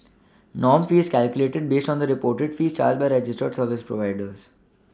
norm fee is calculated based on the reported fees charged by registered service providers